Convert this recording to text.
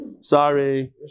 Sorry